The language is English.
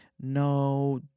no